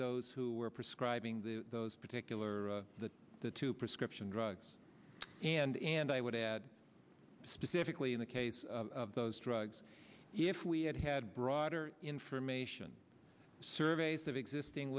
those who were prescribing the those particular the the two prescription drugs and and i would add specifically in the case of those drugs if we had had broader information surveys of existing